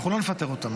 אנחנו לא נפטר אותם.